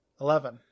eleven